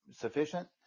sufficient